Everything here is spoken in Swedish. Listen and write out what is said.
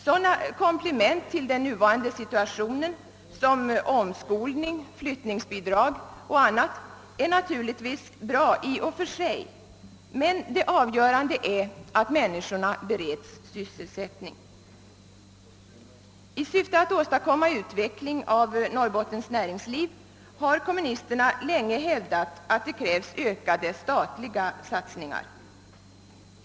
Sådana komplement till den nuvarande situationen som omskol ning, flyttningsbidrag och annat är naturligtvis bra i och för sig. Men det avgörande är att människorna bereds sysselsättning. I syfte att åstadkomma utveckling av Norrbottens näringsliv har kommunisterna länge hävdat att det krävs ökade statliga satsningar.